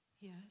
Yes